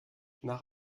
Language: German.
nach